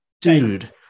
dude